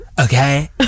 Okay